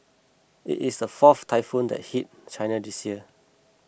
it is the fourth typhoon to hit China this year